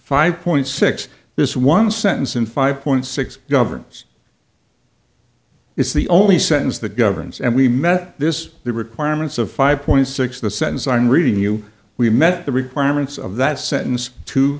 five point six this one sentence in five point six governs is the only sentence that governs and we met this the requirements of five point six the sentence i'm reading you we met the requirements of that sentence to